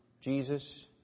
Jesus